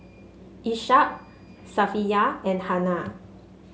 Ishak Safiya and Hana